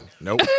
Nope